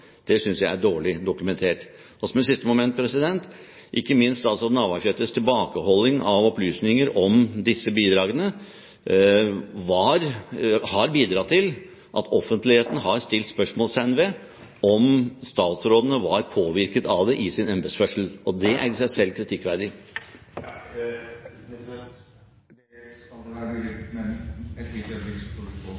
valgkamp synes jeg er dårlig dokumentert. Som et siste moment: Ikke minst statsråd Navarsetes tilbakeholdelse av opplysninger om disse bidragene har bidratt til at offentligheten har satt spørsmålstegn ved om statsrådene var påvirket av det i sin embetsførsel. Og det er i seg selv kritikkverdig.